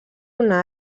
una